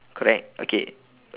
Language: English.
correct okay